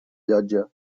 llotja